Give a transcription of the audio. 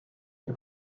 les